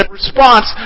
response